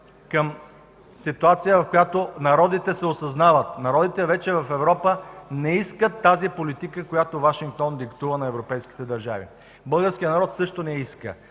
към ситуация, в която народите се осъзнават. Народите в Европа вече не искат тази политика, която Вашингтон диктува на европейските държави. Българският народ също не я иска,